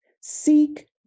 seek